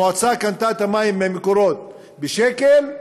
המועצה קנתה את המים מ"מקורות" בשקל,